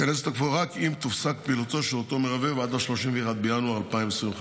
ייכנס לתוקפו רק אם תופסק פעילותו של אותו מרבב עד ל-31 בינואר 2025,